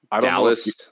Dallas